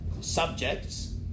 subjects